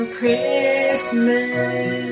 Christmas